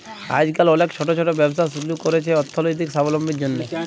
আইজকাল অলেক ছট ছট ব্যবসা ছুরু ক্যরছে অথ্থলৈতিক সাবলম্বীর জ্যনহে